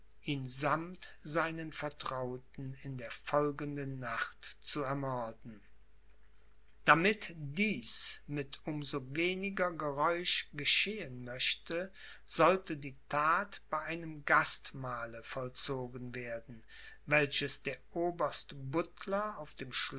ihn sammt seinen vertrauten in der folgenden nacht zu ermorden damit dies mit um so weniger geräusch geschehen möchte sollte die that bei einem gastmahle vollzogen werden welches der oberst buttler auf dem